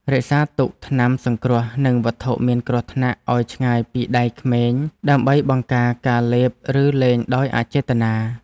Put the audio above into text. រក្សាទុកថ្នាំសង្គ្រោះនិងវត្ថុមានគ្រោះថ្នាក់ឱ្យឆ្ងាយពីដៃក្មេងដើម្បីបង្ការការលេបឬលេងដោយអចេតនា។